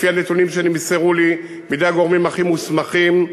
לפי הנתונים שנמסרו לי מידי הגורמים הכי מוסמכים,